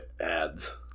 ads